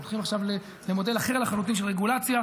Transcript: הולכים עכשיו למודל אחר לחלוטין של רגולציה: